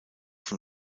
von